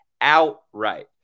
outright